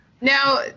now